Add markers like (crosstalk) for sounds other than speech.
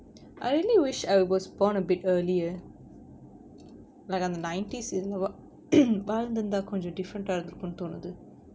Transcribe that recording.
I really wish I was born a bit earlier like on the nineties பிறந்திருந்தா கொஞ்ச:piranthiruntha konja (coughs) different ah இருந்திருக்கும் தோணுது:irunthirukkum thonuthu